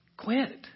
quit